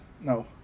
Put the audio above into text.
no